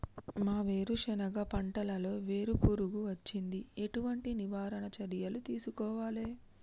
మా వేరుశెనగ పంటలలో వేరు పురుగు వచ్చింది? ఎటువంటి నివారణ చర్యలు తీసుకోవాలే?